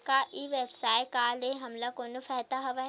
का ई व्यवसाय का ले हमला कोनो फ़ायदा हवय?